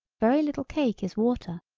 very little cake is water,